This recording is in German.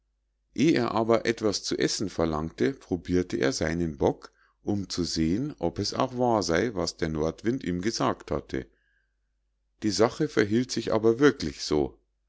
er aber etwas zu essen verlangte probirte er seinen bock um zu sehen ob es auch wahr sei was der nordwind ihm gesagt hatte die sache verhielt sich aber wirklich so